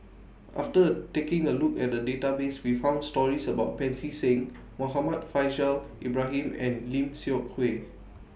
after taking A Look At The Database We found stories about Pancy Seng Muhammad Faishal Ibrahim and Lim Seok Hui